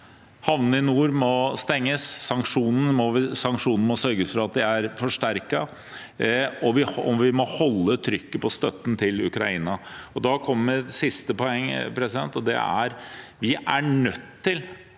Havnene i nord må stenges, det må sørges for at sanksjonene forsterkes, og vi må holde trykket på støtten til Ukraina. Da kommer siste poeng, og det er at vi er nødt til